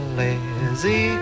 lazy